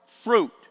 fruit